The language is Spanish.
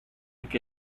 que